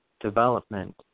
development